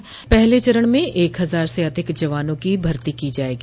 इसमें पहले चरण में एक हजार से अधिक जवानों की भर्ती की जायेगी